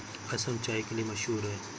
असम चाय के लिए मशहूर है